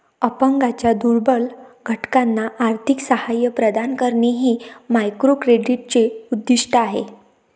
अपंगांच्या दुर्बल घटकांना आर्थिक सहाय्य प्रदान करणे हे मायक्रोक्रेडिटचे उद्दिष्ट आहे